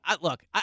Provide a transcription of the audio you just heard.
look